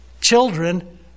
children